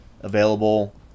available